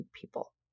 people